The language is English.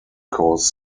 cause